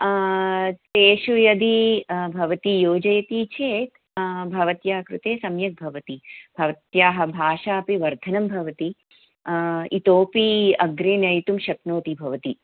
तेषु यदि भवती योजयति चेत् भवत्याः कृते सम्यक् भवति भवत्याः भाषा अपि वर्धनं भवति इतोपि अग्रे नेतुं शक्नोति भवती